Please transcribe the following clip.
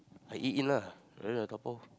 I eat in lah then I dabao